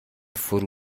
فرو